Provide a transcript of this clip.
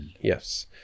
Yes